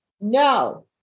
No